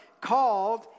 called